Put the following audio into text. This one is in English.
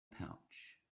pouch